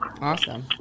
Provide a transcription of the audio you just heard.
Awesome